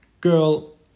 girl